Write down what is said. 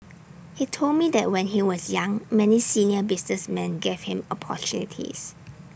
he told me that when he was young many senior businessman gave him opportunities